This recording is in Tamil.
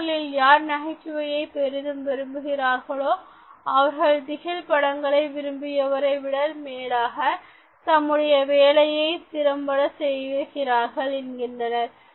மனிதர்களில் யார் நகைச்சுவையைப் பெரிதும் விரும்புகிறார்களோ அவர்கள் திகில் படங்களை விரும்பியவரை விட மேலாக தம்முடைய வேலையை திறம்பட செய்கிறார்கள் என்கிறார்